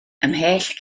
ymhell